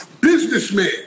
businessman